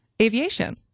aviation